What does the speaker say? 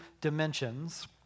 dimensions